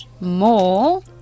more